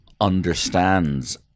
understands